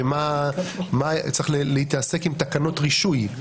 צריך להתעסק עם תקנות הרישוי.